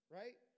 right